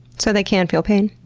so, they can feel pain.